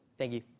thank you.